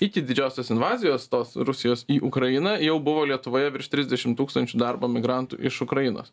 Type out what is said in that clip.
iki didžiosios invazijos tos rusijos į ukrainą jau buvo lietuvoje virš trisdešim tūkstančių darbo migrantų iš ukrainos